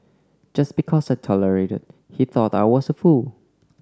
just because I tolerated he thought I was a fool